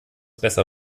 besser